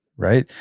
right?